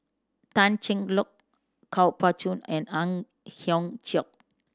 Tan Cheng Lock Kuo Pao Kun and Ang Hiong Chiok